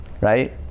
right